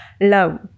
love